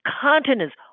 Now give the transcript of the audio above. continents